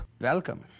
Welcome